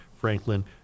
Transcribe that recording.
Franklin